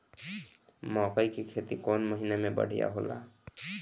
मकई के खेती कौन महीना में बढ़िया होला?